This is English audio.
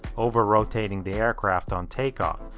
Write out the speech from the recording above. over rotating the aircraft on takeoff.